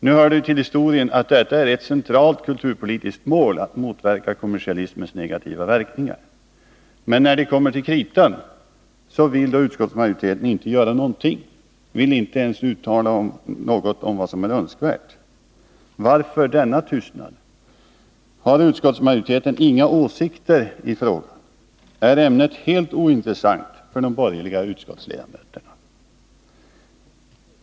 Det hör till historien att det är ett centralt kulturpolitiskt mål att motverka kommersialismens negativa verkningar. Men när det kommer till kritan vill utskottsmajoriteten inte göra någonting, inte ens göra ett uttalande om vad som i detta sammanhang är önskvärt. Varför denna tystnad? Har utskottsmajoriteten ingen åsikt i frågan? Är ämnet helt ointressant för de borgerliga utskottsledamöterna?